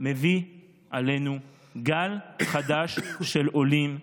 מביא עלינו גל חדש של עולים,